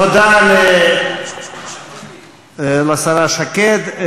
תודה לשרה שקד.